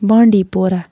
بانڈی پورہ